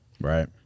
Right